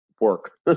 work